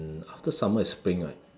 after summer is spring right